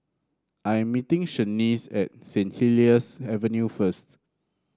I am meeting Shaniece at Saint Helier's Avenue first